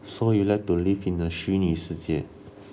so you like to live in a 虚拟世界